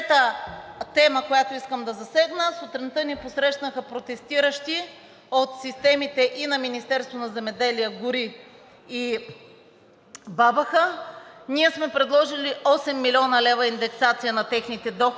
тема, която искам да засегна. Сутринта ни посрещнаха протестиращи от системите и от Министерството на земеделието и горите и БАБХ. Ние сме предложили 8 млн. лв. индексация на техните доходи,